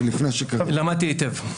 למדתי היטב.